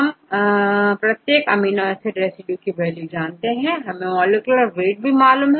हम प्रत्येक amino acid residue की वैल्यू जानते हैं हमें मॉलिक्यूलर वेट भी मालूम है